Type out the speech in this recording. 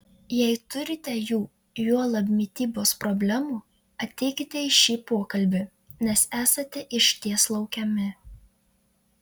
jei turite jų juolab mitybos problemų ateikite į šį pokalbį nes esate išties laukiami